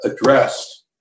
addressed